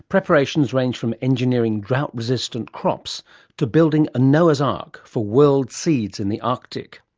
preparations range from engineering drought-resistant crops to building a noah's ark for world seeds in the arctic.